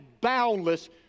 boundless